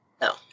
no